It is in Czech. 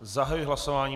Zahajuji hlasování.